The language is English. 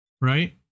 Right